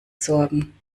sorgen